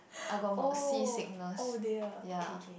I got mo~ seasickness ya